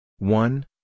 One